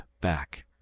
back